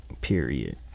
period